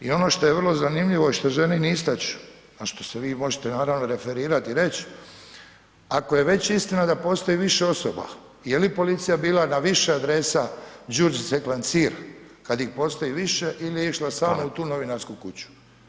I ono što je vrlo zanimljivo i što želim istać, a što se vi možete naravno referirat i reć, ako je već istina da postoji više osoba, je li policija bila na više adresa Đurđice Klancir kad ih postoji više il je išla samo [[Upadica: Hvala]] u tu novinarsku kuću?